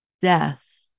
death